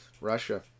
Russia